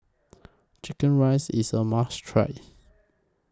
Chicken Rice IS A must Try